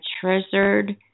treasured